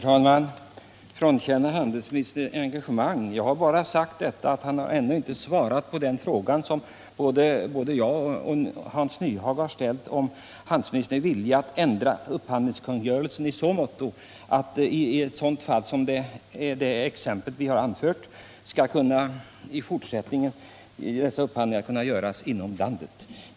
Herr talman! Skulle jag frånkänna handelsministern engagemang? Jag har bara sagt att han ännu inte har svarat på den fråga som både jag och Hans Nyhage har ställt, om handelsministern är villig att ändra upphandlingskungörelsen i så måtto att i fortsättningen upphandlingar i sådana fall som vi har anfört skall kunna göras inom landet.